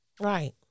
Right